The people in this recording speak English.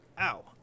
Ow